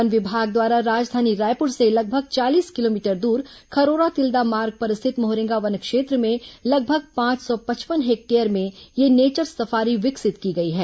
one विभाग द्वारा राजधानी रायपुर से लगभग चालीस किलोमीटर दूर खरोरा तिल्दा मार्ग पर स्थित मोहरेंगा वनक्षेत्र में लगभग पांच सौ पचपन हेक्टेयर में यह नेचर सफारी विकसित की गई है